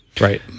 Right